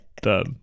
Done